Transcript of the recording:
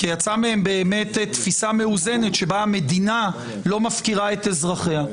כי יצא מהם באמת תפיסה מאוזנת שבה המדינה לא מפקירה את אזרחיה.